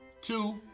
two